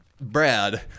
Brad